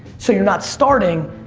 so you're not starting,